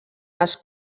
els